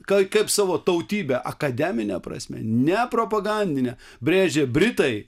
kaip kaip savo tautybę akademine prasme ne propagandine brėžia britai